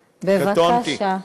בבקשה.